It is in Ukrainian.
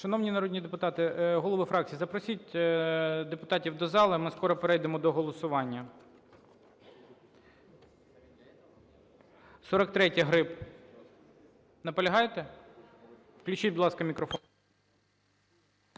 Шановні народні депутати голови фракцій, запросіть депутатів до зали, ми скоро перейдемо до голосування. 43-я, Гриб. Наполягаєте? Включіть, будь ласка, мікрофон.